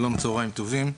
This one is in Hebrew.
שלום, צהריים טובים.